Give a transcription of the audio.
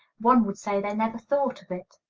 one would say they never thought of it.